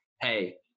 hey